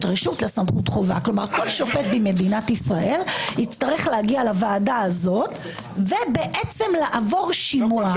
כל שופט במדינת ישראל יצטרך להגיע לוועדה הזו ובעצם לעבור שימוע.